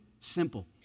Simple